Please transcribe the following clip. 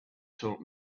told